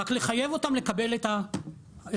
רק לחייב אותם לקבל את הפרויקט.